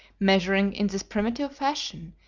measuring in this primitive fashion,